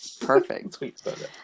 Perfect